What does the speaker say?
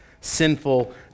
sinful